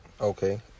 Okay